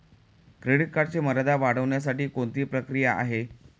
Credit कार्डची मर्यादा वाढवण्यासाठी कोणती प्रक्रिया आहे?